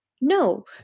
No